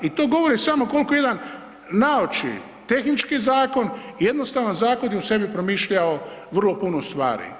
I to govori samo koliko jedan naoči tehnički zakon, jednostavan zakon je u sebi promišljao vrlo puno stvari.